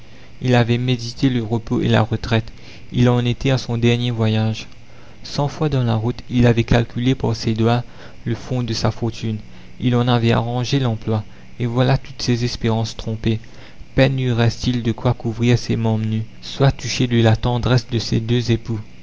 il avait médité le repos et la retraite il en était à son dernier voyage cent fois dans la route il avait calculé par ses doigts le fond de sa fortune il en avait arrangé l'emploi et voilà toutes ses espérances trompées peine lui reste-t-il de quoi couvrir ses membres nus sois touché de la tendresse de ces deux époux